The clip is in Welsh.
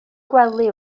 gwely